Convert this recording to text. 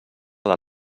del